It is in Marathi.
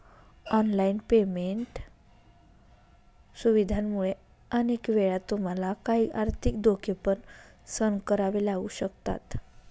ऑनलाइन पेमेंट सुविधांमुळे अनेक वेळा तुम्हाला काही आर्थिक धोके पण सहन करावे लागू शकतात